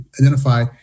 identify